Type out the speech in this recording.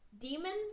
demons